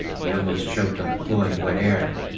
he almost choked on the cloying, wet air.